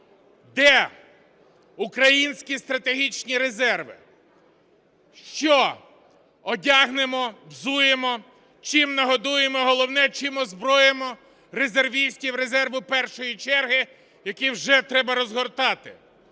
Де українські стратегічні резерви? Що одягнемо, взуємо, чим нагодуємо, а головне, чим озброїмо резервістів резерву першої черги, які вже треба розгортати?